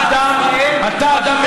אתה אדם מלומד,